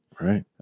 Right